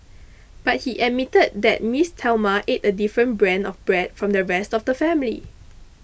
but he admitted that Miss Thelma eat a different brand of bread from the rest of the family